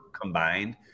combined